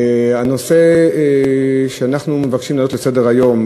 הנושא שאנחנו מבקשים להעלות לסדר-היום,